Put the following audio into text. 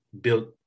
built